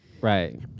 right